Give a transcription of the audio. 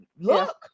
look